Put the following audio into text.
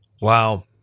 Wow